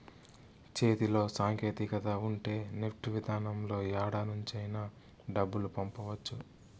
చేతిలో సాంకేతికత ఉంటే నెఫ్ట్ విధానంలో యాడ నుంచైనా డబ్బులు పంపవచ్చు